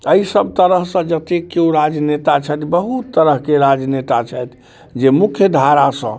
अइ सब तरहसँ जतेक केओ राजनेता छथि बहुत तरहके राजनेता छथि जे मुख्यधारासँ